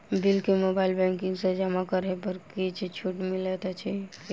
Bill केँ mobile banking सँ जमा करै पर किछ छुटो मिलैत अछि की?